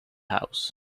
house